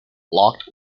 loch